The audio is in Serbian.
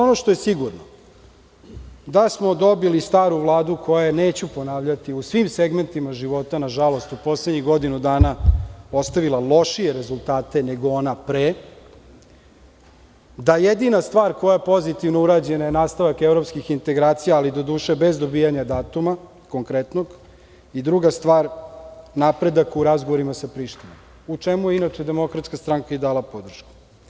Ono što je sigurno je da smo dobili staru Vladu koja je, neću ponavljati, u svim segmentima života, na žalost, u poslednjih godinu dana ostavila lošije rezultate nego ona pre, da jedina stvar koja je pozitivno urađena je nastavak evropskih integracija, ali doduše bez dobijanja datuma konkretnog i, druga stvar, napredak u razgovorima sa Prištinom, u čemu je inače DS dala podršku.